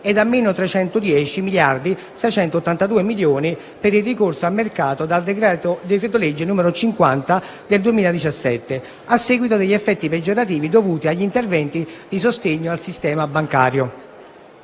e a -310.682 milioni per il ricorso al mercato dal decreto-legge 24 aprile 2017, n. 50, a seguito degli effetti peggiorativi dovuti agli interventi di sostegno del sistema bancario).